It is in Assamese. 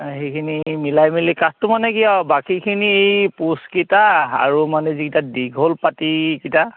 সেইখিনি মিলাই মেলি কাঠটো মানে কি আৰু বাকীখিনি এই পষ্টকেইটা আৰু মানে যিকেইটা দীঘল পাতিকেইটা